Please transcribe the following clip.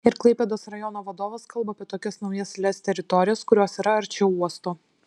ir klaipėdos rajono vadovas kalba apie tokias naujas lez teritorijas kurios yra arčiau uosto